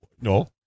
No